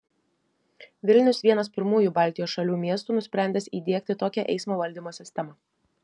vilnius vienas pirmųjų baltijos šalių miestų nusprendęs įdiegti tokią eismo valdymo sistemą